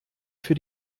für